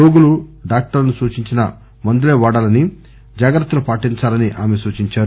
రోగులు డాక్టర్లు సూచించిన మందులే వాడాలని జాగ్రత్తలు పాటించాలని ఆమె సూచించారు